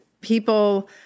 people